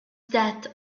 that